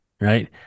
right